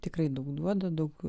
tikrai daug duoda daug